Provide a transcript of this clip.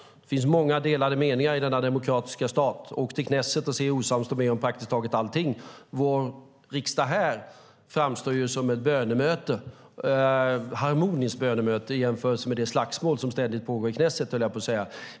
Det finns många delade meningar i denna demokratiska stat. Åk till Knesset och se hur osams de är om praktiskt taget allting! Vår riksdag här framstår som ett harmoniskt bönemöte i jämförelse med de slagsmål som ständigt pågår i Knesset, höll jag på att säga.